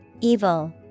Evil